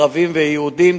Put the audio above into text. ערבים ויהודים,